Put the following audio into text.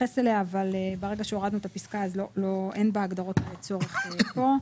ברגע שהורדנו את הפסקה אז אין בהגדרות צורך בו.